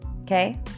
Okay